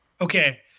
Okay